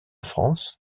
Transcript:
france